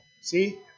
See